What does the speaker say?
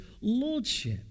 lordship